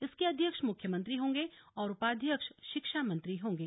इसके अध्यक्ष मुख्यमंत्री होंगे और उपाध्यक्ष शिक्षा मंत्री होंगे